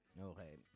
Okay